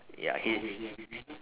ya he's